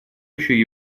еще